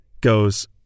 goes